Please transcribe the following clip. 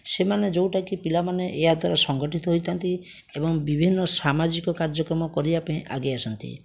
ସେମାନେ ଯେଉଁଟା କି ପିଲାମାନେ ଏହା ଦ୍ଵାରା ସଙ୍ଗଠିତ ହୋଇଥାନ୍ତି ଏବଂ ବିଭିନ୍ନ ସାମାଜିକ କାର୍ଯ୍ୟକର୍ମ କରିବା ପାଇଁ ଆଗେଇ ଆସନ୍ତି